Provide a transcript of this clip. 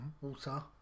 Water